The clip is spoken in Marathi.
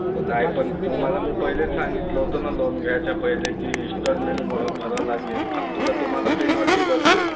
नाही पण तुम्हाला मी पहिलेच सांगितलं होतं ना लोन घ्यायच्या पहिले की इस्टॉलमेंट मग भरावं लागेल फालतूला तुम्हाला पेनॉल्टी बसेल